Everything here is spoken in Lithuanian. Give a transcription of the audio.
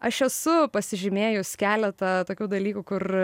aš esu pasižymėjus keletą tokių dalykų kur